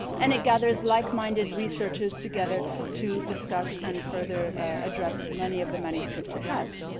and it gathers like-minded researchers together to discuss and further address many of the manuscripts it has.